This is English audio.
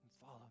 Follow